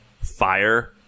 fire